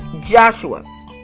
Joshua